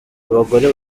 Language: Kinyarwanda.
abagore